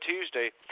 Tuesday